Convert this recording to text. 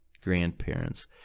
grandparents